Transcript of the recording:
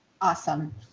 Awesome